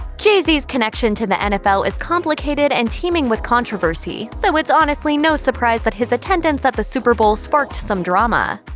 jay-z's connection to the nfl is complicated and teeming with controversy, so it's honestly no surprise that his attendance at the super bowl sparked some drama.